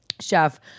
chef